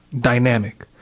dynamic